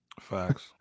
facts